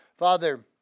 Father